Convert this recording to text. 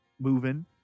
moving